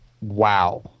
wow